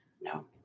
No